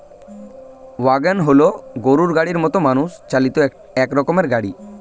wagon হল গরুর গাড়ির মতো মানুষ চালিত এক রকমের গাড়ি